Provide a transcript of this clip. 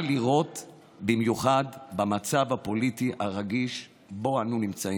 לראות במיוחד במצב הפוליטי הרגיש שבו אנו נמצאים.